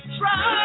try